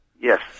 Yes